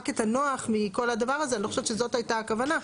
רק את הנוח מכל הדבר הזה - אני לא חושבת שזאת הייתה הכוונה.